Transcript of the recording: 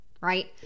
right